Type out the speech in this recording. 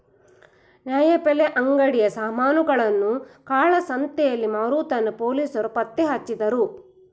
ನ್ಯಾಯಬೆಲೆ ಅಂಗಡಿಯ ಸಾಮಾನುಗಳನ್ನು ಕಾಳಸಂತೆಯಲ್ಲಿ ಮಾರುವುದನ್ನು ಪೊಲೀಸರು ಪತ್ತೆಹಚ್ಚಿದರು